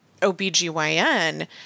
OBGYN